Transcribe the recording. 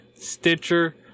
Stitcher